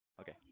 okay